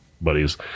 buddies